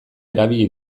erabili